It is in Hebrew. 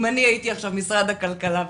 אם אני הייתי עכשיו משרד הכלכלה ועונה,